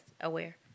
Aware